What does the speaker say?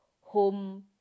home